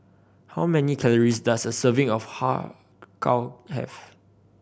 how many calories does a serving of Har Kow have